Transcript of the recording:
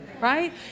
Right